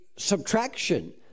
subtraction